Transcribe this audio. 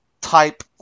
type